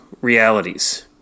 realities